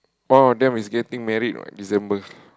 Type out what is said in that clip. all of them is getting married what December